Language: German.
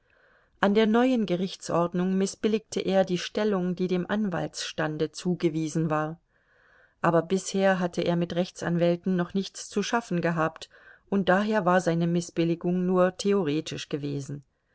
an der neuen gerichtsordnung mißbilligte er die stellung die dem anwaltsstande zugewiesen war aber bisher hatte er mit rechtsanwälten noch nichts zu schaffen gehabt und daher war seine mißbilligung nur theoretisch gewesen